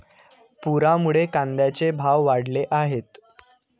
पुरामुळे कांद्याचे भाव वाढले आहेत